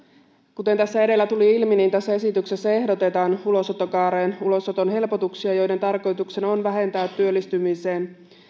kuten tässä edellä tuli ilmi tässä esityksessä ehdotetaan ulosottokaareen ulosoton helpotuksia joiden tarkoituksena on vähentää työllistymiseen